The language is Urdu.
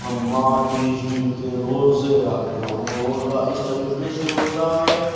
ہم ماہ تیس دن کے روزے رکھتے ہیں اور وہ روزہ اس طریقے سے ہوتا ہے